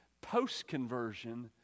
post-conversion